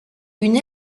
une